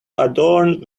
adorned